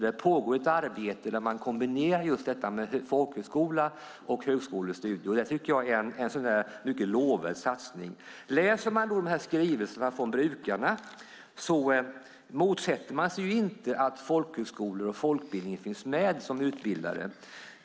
Det pågår alltså ett arbete där man kombinerar just folkhögskola och högskolestudier. Jag tycker att det är en mycket lovvärd satsning. Om man läser skrivelserna från brukarna ser man att de inte motsätter sig att folkhögskolor och folkbildning finns med som utbildare.